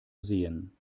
sehen